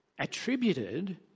attributed